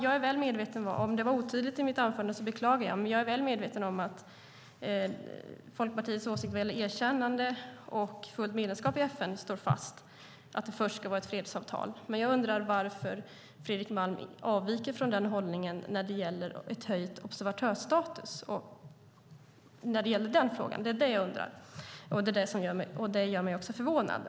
Om det var otydligt i mitt anförande beklagar jag det. Jag är väl medveten om Folkpartiets åsikt står fast att det först ska vara ett fredsavtal vad gäller erkännande och ett fullt medlemskap i FN. Jag undrar varför Fredrik Malm avviker från den hållningen när det gäller frågan om en höjd observatörsstatus. Det gör mig också förvånad.